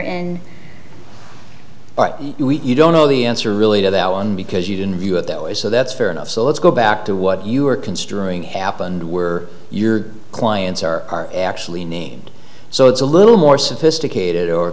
and but you don't know the answer really to that one because you didn't view it that way so that's fair enough so let's go back to what you are construing happened were your clients are actually named so it's a little more sophisticated or